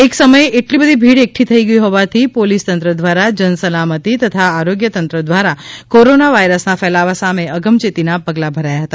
એક સમયે આટલી ભીડ એકઠી થઈ હોવાથી પોલિસ તંત્ર દ્વારા જન સલામતી તથા આરોગ્ય તંત્ર દ્વારા કોરોના વાયરસ ના ફેલાવા સામે અગમચેતી ના પગલાં ભરાયા હતા